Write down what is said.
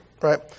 Right